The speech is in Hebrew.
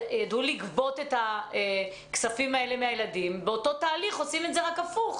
ידעו לגבות את הכספים האלה מהילדים ובאותו תהליך עושים את זה רק הפוך